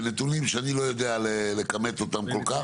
בנתונים שאני לא יודע לכמת אותם כל כך,